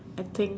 I think